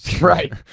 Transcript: Right